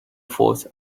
forced